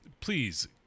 please